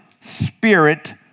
spirit